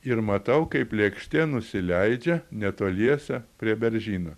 ir matau kaip lėkštė nusileidžia netoliese prie beržyno